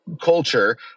culture